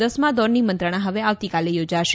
દસમા દોરની મંત્રણા હવે આવતીકાલે યોજાશે